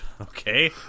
Okay